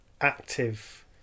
active